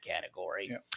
category